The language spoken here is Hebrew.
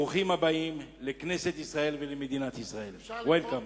ברוכים הבאים לכנסת ישראל ולמדינת ישראל, Welcome .